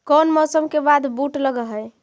कोन मौसम के बाद बुट लग है?